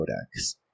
codex